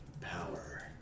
power